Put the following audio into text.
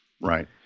Right